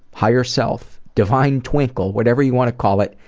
higher self, divine twinkle, whatever you want to call it,